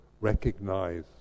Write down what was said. recognize